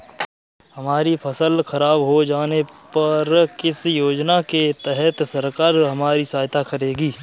हमारी फसल खराब हो जाने पर किस योजना के तहत सरकार हमारी सहायता करेगी?